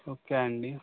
okay అండి